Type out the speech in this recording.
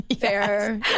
Fair